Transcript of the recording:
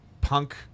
punk